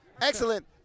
Excellent